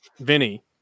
Vinny